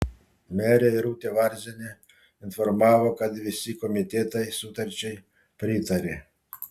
merė irutė varzienė informavo kad visi komitetai sutarčiai pritarė